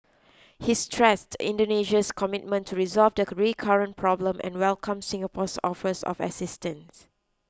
he stressed Indonesia's commitment to resolve the recurrent problem and welcome Singapore's offers of assistance